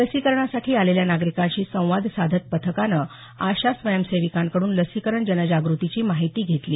लसीकरणासाठी आलेल्या नागरिकांशी संवाद साधत पथकानं आशा स्वयंसेविकांकडून लसीकरण जनजागृतीची माहिती घेतली